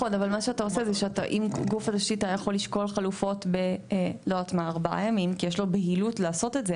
אם גוף יכול לשקול חלופות בארבעה ימים כי יש לו בהילות לעשות את זה,